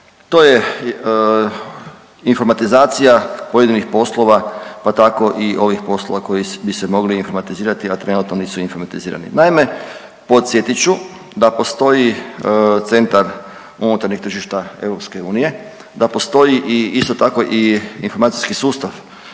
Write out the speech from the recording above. to je informatizacija pojedinih poslova pa tako i ovih poslova koji bi se mogli informatizirati, a trenutno nisu informatizirani. Naime, podsjetit ću da postoji centar unutarnjeg tržišta EU, da postoji i isto tako i informacijski sustav